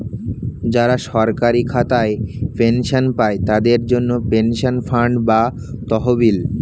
যারা সরকারি খাতায় পেনশন পায়, তাদের জন্যে পেনশন ফান্ড বা তহবিল